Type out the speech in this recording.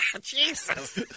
Jesus